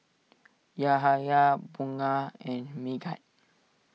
Yahaya Bunga and Megat